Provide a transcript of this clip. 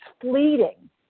fleeting